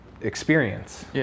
experience